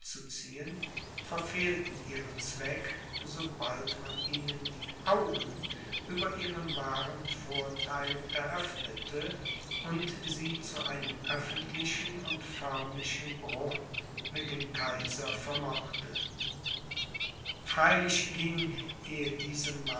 abzuziehen verfehlten ihren zweck sobald man ihnen die augen über ihren wahren vortheil eröffnete und sie zu einem öffentlichen und förmlichen bruch mit dem kaiser vermochte freilich ging ehe diese